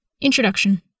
Introduction